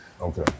Okay